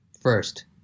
first